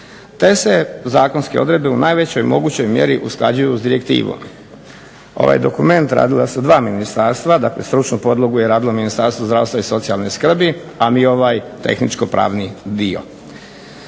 te se zakonske odredbe u najvećoj mogućoj mjeri usklađuju s direktivom. Ovaj dokument radila su dva ministarstva, dakle stručnu podlogu je radilo Ministarstvo zdravstva i socijalne skrbi, a mi ovaj tehničko-pravni dio.